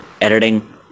editing